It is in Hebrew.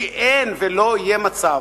כי אין ולא יהיה מצב,